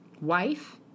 Wife